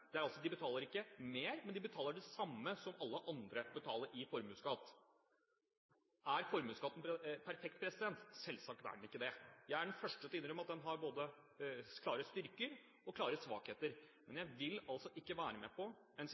jeg vil altså ikke være med